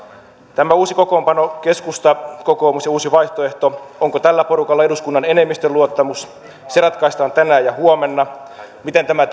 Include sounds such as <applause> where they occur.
tämä uusi kokoonpano keskusta kokoomus ja uusi vaihtoehto onko tällä porukalla eduskunnan enemmistön luottamus se ratkaistaan tänään ja huomenna miten tämä <unintelligible>